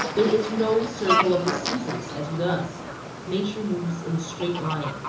there is no circle of the seasons as with us nature moves in a straight line.